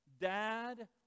dad